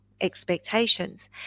expectations